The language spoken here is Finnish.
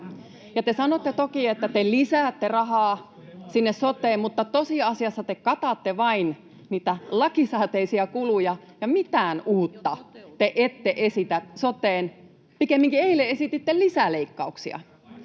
Te sanotte toki, että te lisäätte rahaa sinne soteen, mutta tosi asiassa te katatte vain niitä lakisääteisiä kuluja, ja mitään uutta te ette esitä soteen, pikemminkin eilen esititte lisäleikkauksia.